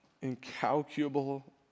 incalculable